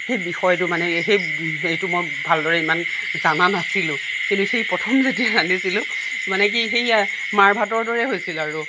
সেই বিষয়টো মানে সেই হেৰিটো মই ভালদৰে ইমান জনা নাছিলোঁ কিন্তু সেই প্ৰথম যেতিয়া ৰান্ধিছিলোঁ মানে কি সেয়া মাৰভাতৰ দৰে হৈছিল আৰু